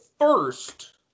first